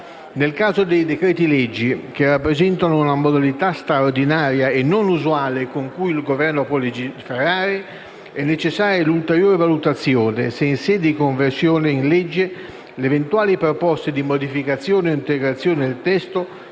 nelcaso dei decreti-legge, che rappresentano una modalità straordinaria e non usuale con cui il Governo può legiferare, è necessaria l'ulteriore valutazione se in sede di conversione in legge le eventuali proposte di modificazione o di integrazione del testo